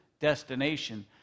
destination